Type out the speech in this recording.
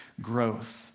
growth